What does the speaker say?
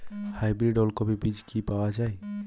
Hybrid ওলকফি বীজ কি পাওয়া য়ায়?